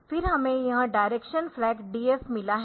फिर हमें यह डायरेक्शन फ्लैग DF मिला है